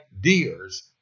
deers